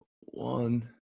one